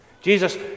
Jesus